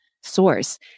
source